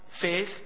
faith